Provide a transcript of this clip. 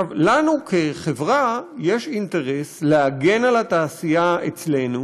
לנו כחברה יש אינטרס להגן על התעשייה אצלנו,